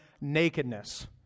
nakedness